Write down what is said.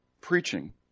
preaching